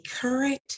current